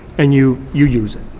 and you you use it.